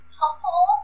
helpful